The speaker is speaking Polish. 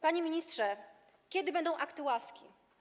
Panie ministrze, kiedy będą akty łaski?